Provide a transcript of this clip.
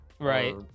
right